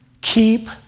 Keep